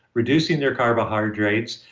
reducing their carbohydrates,